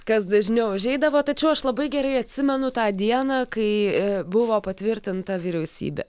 kas dažniau užeidavo tačiau aš labai gerai atsimenu tą dieną kai a buvo patvirtinta vyriausybė